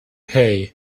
hey